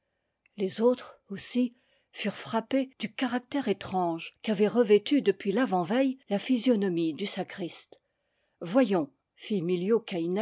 les autres aussi furent frappés du caractère étrange qu'avait revêtu depuis l'avant-veille la physionomie du sacriste voyons fit